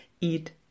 eat